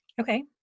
okay